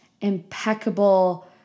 impeccable